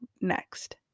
next